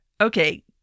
okay